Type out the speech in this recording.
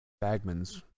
Bagman's